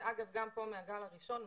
וגם פה מהגל הראשון,